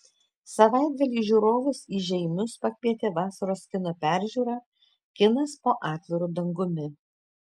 savaitgalį žiūrovus į žeimius pakvietė vasaros kino peržiūra kinas po atviru dangumi